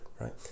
right